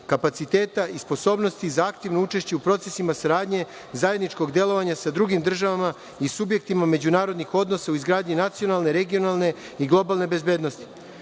kapaciteta i sposobnosti za aktivno učešće u procesima saradnje zajedničkog delovanja sa drugim državama i subjektima međunarodnih odnosa u izgradnji nacionalne, regionalne i globalne bezbednosti.S